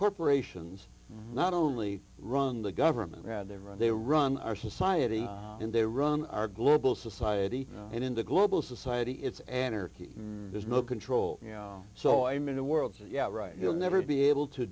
corporations not only run the government had they run they run our society and they run our global society and in the global society it's anarchy and there's no control you know so i mean the world's yeah right you'll never be able to